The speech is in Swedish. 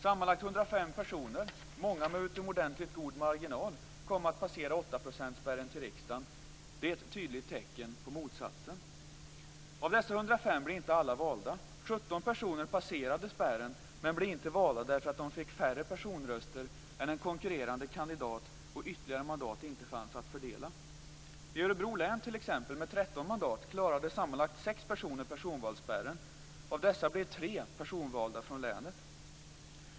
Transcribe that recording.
Sammanlagt 105 personer - många med utomordentligt god marginal - kom att passera 8 procentsspärren till riksdagen. Det är ett tydligt tecken på motsatsen. personer passerade spärren men blev inte valda därför att de fick färre personröster än en konkurrerande kandidat och därför att ytterligare mandat inte fanns att fördela. I t.ex. Örebro län med 13 mandat klarade sammanlagt 6 personer personvalsspärren. Av dessa personer blev 3 personvalda från länet.